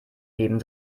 neben